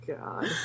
God